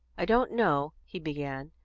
i don't know, he began,